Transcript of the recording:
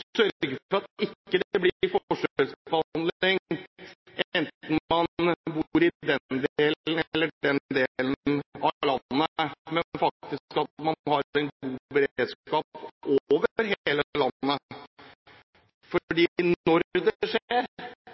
sørge for at det ikke blir forskjellsbehandling enten man bor i den ene eller den andre delen av landet, at man har god beredskap over hele landet. Når det skjer en